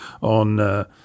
on –